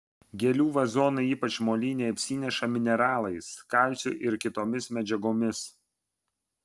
gėlių vazonai ypač moliniai apsineša mineralais kalciu ir kitomis medžiagomis